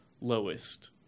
lowest